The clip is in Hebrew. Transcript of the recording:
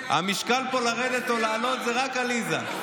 לרדת או לעלות, זה רק עליזה.